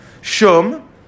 Shum